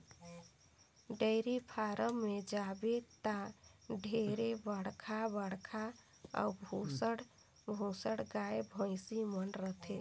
dairy farm में जाबे त ढेरे बड़खा बड़खा अउ भुसंड भुसंड गाय, भइसी मन रथे